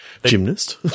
Gymnast